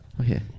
Okay